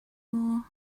more